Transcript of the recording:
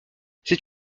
c’est